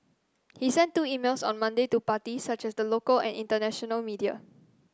he sent two emails on Monday to parties such as the local and international media